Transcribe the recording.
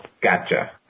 Gotcha